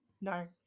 No